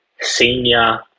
senior